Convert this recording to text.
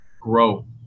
grow